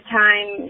time